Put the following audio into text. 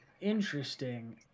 Interesting